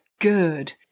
good